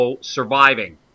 surviving